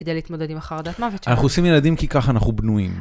כדי להתמודד עם החרדת מוות שלנו. אנחנו עושים ילדים כי ככה אנחנו בנויים.